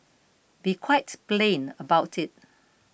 be quite plain about it